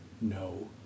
no